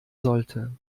sollte